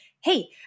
hey